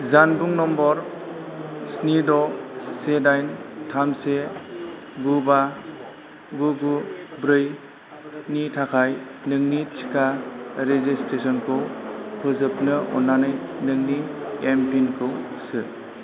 जानबुं नम्बर स्नि द' से दाइन थाम से गु बा गु गु ब्रै नि थाखाय नोंनि टिका रेजिस्ट्रेसनखौ फोजोबनो अन्नानै नोंनि एम पिन खौ सो